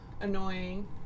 annoying